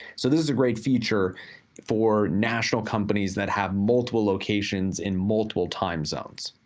so this is a great feature for national companies that have multiple locations, in multiple time zones.